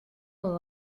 dans